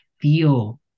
feel